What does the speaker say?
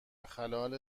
خلال